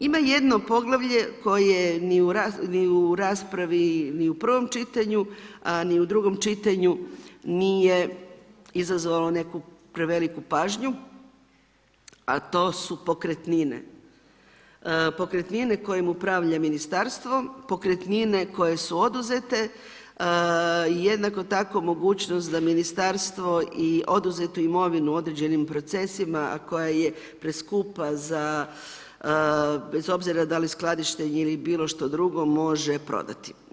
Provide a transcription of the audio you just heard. Ima jedno poglavlje koje ni u raspravi ni u pravom čitanju, a ni u drugom čitanju nije izazvalo neku preveliku pažnju, a to su pokretnine, pokretnine kojim upravlja ministarstvo, pokretnine koje su oduzete, jednako tako da ministarstvo i oduzetu mirovinu, određenim procesima, a koja je preskupa, bez obzira da li skladištenjem ili bilo što drugo može prodati.